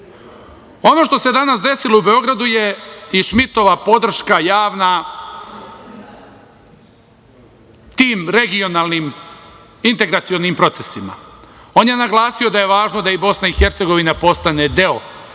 Ono što se danas desilo u Beogradu je i Šmitova podrška javna tim regionalnim integracionim procesima. On je naglasio da je važno da i BiH postane deo